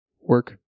work